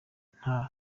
nta